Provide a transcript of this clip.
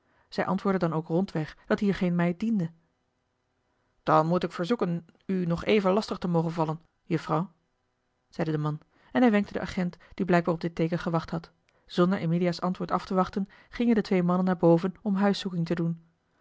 zij antwoordde dan ook rondweg dat hier geen meid diende dan moet ik verzoeken u nog even lastig te mogen vallen eli heimans willem roda juffrouw zeide de man en hij wenkte den agent die blijkbaar op dit teeken gewacht had zonder emilia's antwoord af te wachten gingen de twee mannen naar boven om huiszoeking te doen